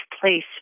place